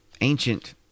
ancient